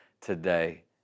today